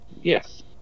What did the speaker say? Yes